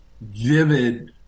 vivid